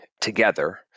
together